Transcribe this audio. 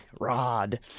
Rod